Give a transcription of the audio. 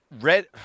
Red